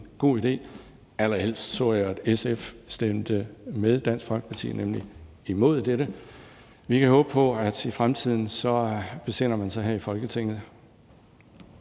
god idé. Allerhelst så jeg, at SF stemte med Dansk Folkeparti, nemlig imod dette forslag. Vi kan håbe på, at man i fremtiden besinder sig her i Folketinget.